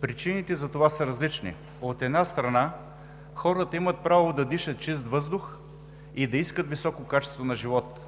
Причините за това са различни – от една страна, хората имат право да дишат чист въздух и да искат високо качество на живот,